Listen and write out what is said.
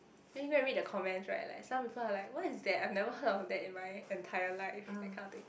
then you go and read the comments right like some people are like what is that I have never heard of that in my entire life that kind of thing